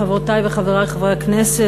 חברותי וחברי חברי הכנסת,